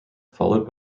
followed